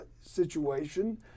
situation